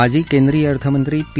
माजी केंद्रीय अर्थमंत्री पी